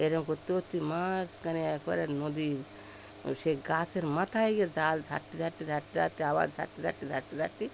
এরম করতে করতে মাঝখানে একবারে নদীর সেই গাছের মাথায় গিয়ে জাল ছাড়তে ছাড়টে ছাড়তে ছাড়তে আবার ছাড়তে ছাড়টে ছাড়তে ছাড়তে